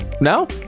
no